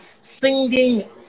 singing